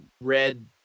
red